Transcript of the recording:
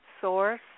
Source